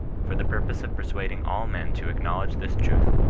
for the purpose of persuading all men to acknowledge this truth,